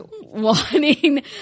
wanting